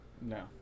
No